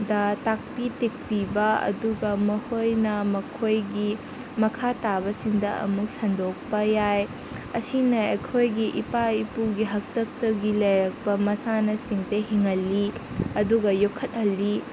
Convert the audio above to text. ꯗ ꯇꯥꯛꯄꯤ ꯇꯝꯕꯤꯕ ꯑꯗꯨꯒ ꯃꯈꯣꯏꯅ ꯃꯈꯣꯏꯒꯤ ꯃꯈꯥ ꯇꯥꯕꯁꯤꯡꯗ ꯑꯃꯨꯛ ꯁꯟꯗꯣꯛꯄ ꯌꯥꯏ ꯑꯁꯤꯅ ꯑꯩꯈꯣꯏꯒꯤ ꯏꯄꯥ ꯏꯄꯨꯒꯤ ꯍꯥꯛꯇꯛꯇꯒꯤ ꯂꯩꯔꯛꯄ ꯃꯁꯥꯟꯅꯁꯤꯡꯁꯦ ꯍꯤꯡꯍꯜꯂꯤ ꯑꯗꯨꯒ ꯌꯣꯛꯈꯠꯍꯜꯂꯤ